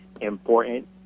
important